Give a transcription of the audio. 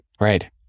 right